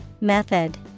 Method